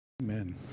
Amen